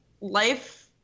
life